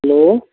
hello